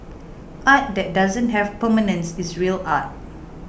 art that doesn't have permanence is real art